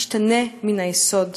ישתנה מן היסוד.